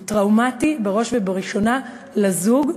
הוא טראומטי בראש ובראשונה לזוג,